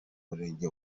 murenge